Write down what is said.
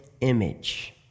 image